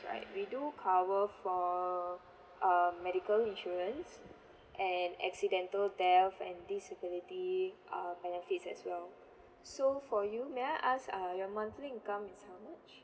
right we do cover for um medical insurance and accidental death disability uh benefits as well so for you may I ask uh your monthly income is how much